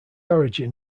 origin